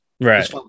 Right